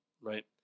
right